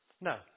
No